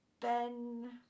Ben